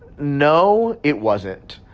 no, it wasn't.